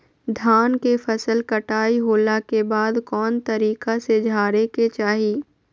धान के फसल कटाई होला के बाद कौन तरीका से झारे के चाहि?